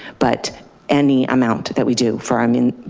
but any amount that we do for, i mean,